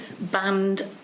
Banned